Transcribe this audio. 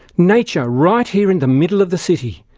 nature, right here in the middle of the city.